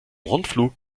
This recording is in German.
rundflug